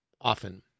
often